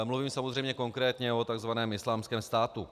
Mluvím samozřejmě konkrétně o tzv. Islámském státu.